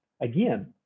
again